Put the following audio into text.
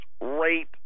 rate